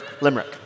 limerick